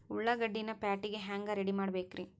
ಉಳ್ಳಾಗಡ್ಡಿನ ಪ್ಯಾಟಿಗೆ ಹ್ಯಾಂಗ ರೆಡಿಮಾಡಬೇಕ್ರೇ?